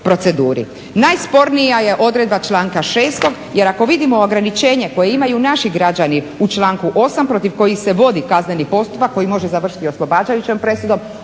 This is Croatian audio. Najspornija je odredba članka 6. jer ako vidimo ograničenje koje imaju naši građani u članku 8. protiv kojih se vodi kazneni postupak koji može završiti oslobađajućom presudom